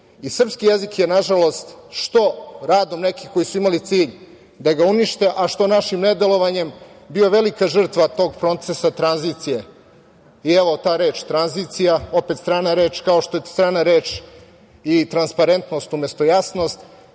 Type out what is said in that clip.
Srpski jezik je nažalost, što radom nekih koji su imali cilj da ga unište, a što našim ne delovanjem bio velika žrtva tog procesa tranzicije. Evo, ta reč tranzicija, opet strana reč, kao što je strana reč i transparentnost umesto jasnost,